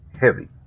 heavy